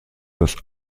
das